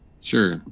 Sure